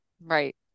right